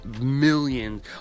millions